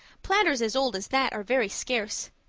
platters as old as that are very scarce.